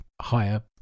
higher